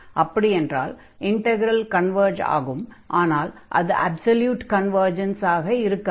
அப்படியென்றால் integral converge ஆகும் ஆனால் அது அப்ஸல்யூட் கன்வர்ஜன்ஸ் ஆக இருக்காது